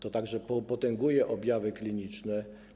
To także potęguje objawy kliniczne.